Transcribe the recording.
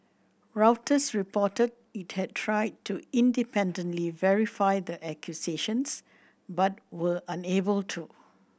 Reuters reported it had tried to independently verify the accusations but were unable to